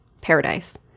paradise